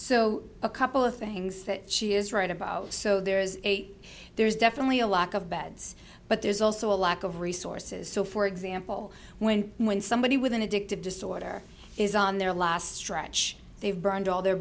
so a couple of things that she is right about so there's a there's definitely a lack of beds but there's also a lack of resources so for example when when somebody with an addictive disorder is on their last stretch they've burned all their